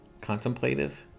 contemplative